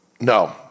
No